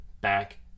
back